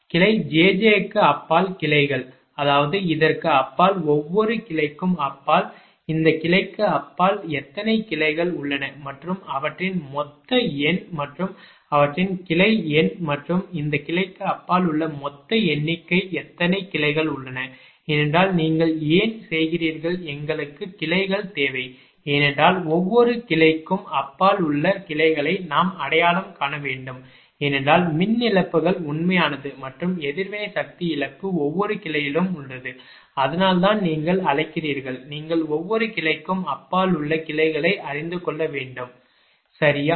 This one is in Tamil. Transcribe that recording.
கிளை jj க்கு அப்பால் கிளைகள் அதாவது இதற்கு அப்பால் ஒவ்வொரு கிளைக்கும் அப்பால் இந்த கிளைக்கு அப்பால் எத்தனை கிளைகள் உள்ளன மற்றும் அவற்றின் மொத்த எண் மற்றும் அவற்றின் கிளை எண் மற்றும் இந்த கிளைக்கு அப்பால் உள்ள மொத்த எண்ணிக்கை எத்தனை கிளைகள் உள்ளன ஏனென்றால் நீங்கள் ஏன் செய்கிறீர்கள் எங்களுக்கு கிளைகள் தேவை ஏனென்றால் ஒவ்வொரு கிளைக்கும் அப்பால் உள்ள கிளைகளை நாம் அடையாளம் காண வேண்டும் ஏனென்றால் மின் இழப்புகள் உண்மையானது மற்றும் எதிர்வினை சக்தி இழப்பு ஒவ்வொரு கிளையிலும் உள்ளது அதனால்தான் நீங்கள் அழைக்கிறீர்கள் நீங்கள் ஒவ்வொரு கிளைக்கும் அப்பால் உள்ள கிளைகளை அறிந்து கொள்ள வேண்டும் சரியா